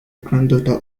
granddaughter